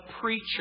preacher